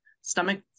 stomach